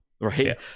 right